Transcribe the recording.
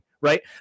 right